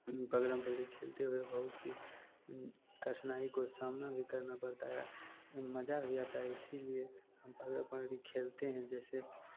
ये पकड़न पकड़ी खेलते हुए बहुत सी कठिनाई को सामना भी करना पड़ता है या मजा भी आता है इसीलिए हम पकड़ा पकड़ी खेलते हैं जैसे